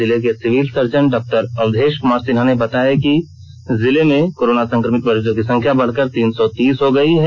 जिले के civil surgeon डॉ अवधेश कुमार सिन्हा ने बताया कि जिले में कोरोना संक्रमित मरीजो की संख्या बढ़कर तीन सौ तीस हो गयी है